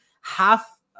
half